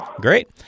great